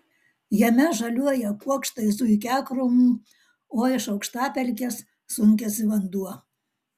jame žaliuoja kuokštai zuikiakrūmių o iš aukštapelkės sunkiasi vanduo